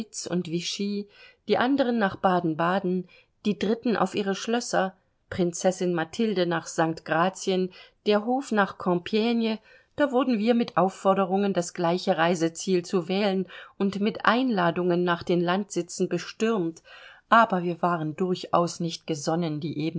und vichy die anderen nach baden-baden die dritten auf ihre schlösser prinzessin mathilde nach st gratien der hof nach compigne da wurden wir mit aufforderungen das gleiche reiseziel zu wählen und mit einladungen nach den landsitzen bestürmt aber wir waren durchaus nicht gesonnen die